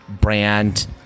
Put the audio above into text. brand